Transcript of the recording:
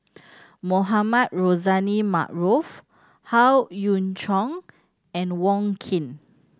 Mohamed Rozani Maarof Howe Yoon Chong and Wong Keen